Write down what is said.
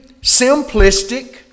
simplistic